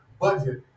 budget